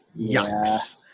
Yikes